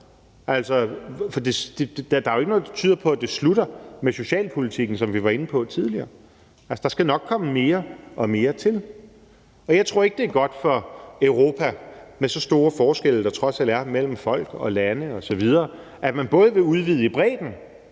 der er jo ikke noget, der tyder på, at det slutter med socialpolitikken, som vi var inde på tidligere. Altså, der skal nok komme mere og mere til. Kl. 17:39 Jeg tror ikke, at det er godt for Europa med så store forskelle, der trods alt er mellem folk og lande osv., at man vil udvide i bredden,